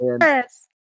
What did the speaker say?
yes